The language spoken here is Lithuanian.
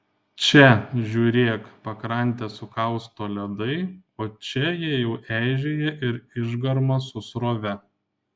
čia žiūrėk pakrantę sukausto ledai o čia jie jau eižėja ir išgarma su srove